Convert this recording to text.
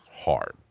hard